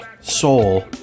soul